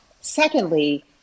Secondly